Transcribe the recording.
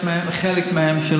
חלק מהם,